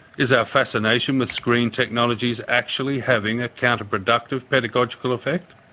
is our fascination with screen technologies actually having a counterproductive pedagogical effect?